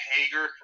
Hager